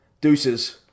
deuces